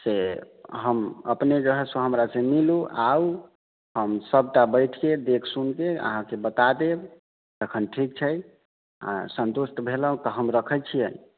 से हम अपने जे हइ से हमरासँ मिलू आउ हम सभटा बैठि कऽ देख सुनि कऽ अहाँकेँ बता देब तखन ठीक छै अहाँ सन्तुष्ट भेलहुँ तऽ हम रखैत छियै